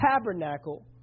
tabernacle